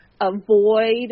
avoid